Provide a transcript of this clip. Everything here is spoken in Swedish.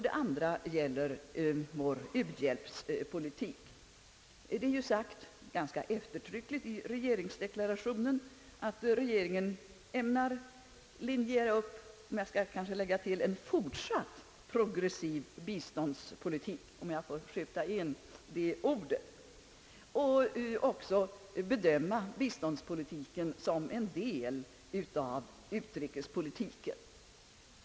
Det andra gäller vår u-hjälpspolitik. Det är ju sagt ganska eftertryckligt i regeringsdeklarationen, att regeringen ämnar linjera upp — jag skulle vilja lägga till, om jag får skjuta in det ordet — en fortsatt progressiv biståndspolitik och bedöma bi ståndspolitiken som en del av utrikespolitiken.